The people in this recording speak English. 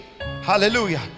Hallelujah